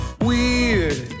Weird